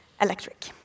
electric